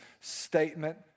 statement